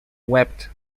webbed